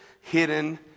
hidden